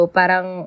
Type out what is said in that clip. parang